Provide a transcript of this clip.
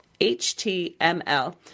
html